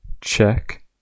check